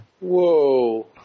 whoa